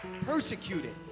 persecuted